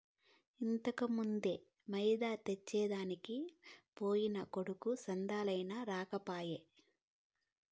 ఇంతకుమున్నే మైదా తెచ్చెదనికి పోయిన కొడుకు సందేలయినా రాకపోయే